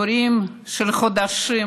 תורים של חודשים,